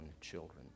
children